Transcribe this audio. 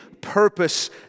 purpose